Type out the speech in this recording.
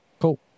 Cool